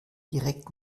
direkt